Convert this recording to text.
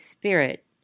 Spirit